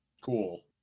Cool